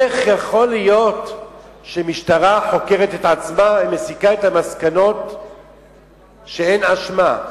איך יכול להיות שמשטרה חוקרת את עצמה ומסיקה את המסקנות שאין אשמה?